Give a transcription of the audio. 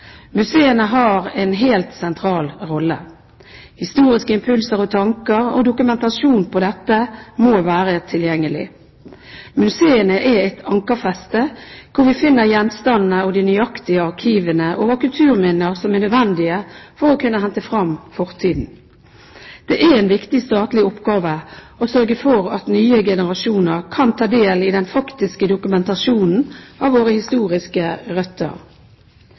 Museene har her en helt sentral rolle. Historiske impulser og tanker – og dokumentasjon på dette – må være tilgjengelig. Museene er et ankerfeste hvor vi finner gjenstandene og de nøyaktige arkivene over kulturminner som er nødvendige for å kunne hente fram fortiden. Det er en viktig statlig oppgave å sørge for at nye generasjoner kan ta del i den faktiske dokumentasjonen av våre historiske røtter.